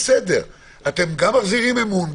אתם גם מחזירים אמון,